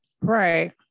Right